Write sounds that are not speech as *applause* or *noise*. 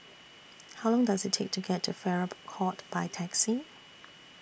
*noise* How Long Does IT Take to get to Farrer Court By Taxi